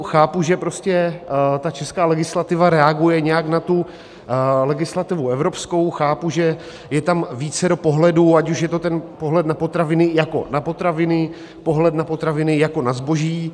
Chápu, že česká legislativa reaguje nějak na legislativu evropskou, chápu, že je tam vícero pohledů, ať už je to pohled na potraviny jako na potraviny, pohled na potraviny jako na zboží.